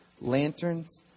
lanterns